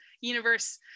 universe